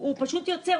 הוא פשוט יוצא,